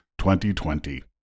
2020